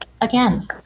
again